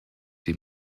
die